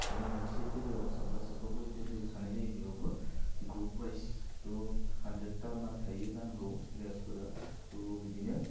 मानि मोनसे दोलोआव साबा साबा खरै दोलो थानाय जायो बेयावबो ग्रुप अवाइस थह हानद्रेथा मान थायो जानांगौ प्लेयारसफोरा थह बिदिनो